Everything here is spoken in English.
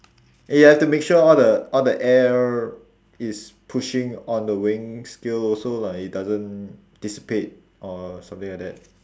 you have to make sure all the all the air is pushing on the weighing scale so like it doesn't dissipate or something like that